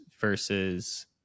versus